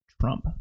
Trump